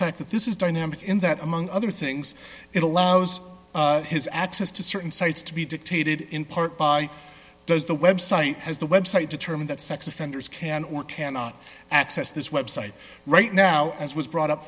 fact that this is dynamic in that among other things it allows his access to certain sites to be dictated in part by those the website has the website determine that sex offenders can or cannot access this website right now as was brought up